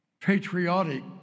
patriotic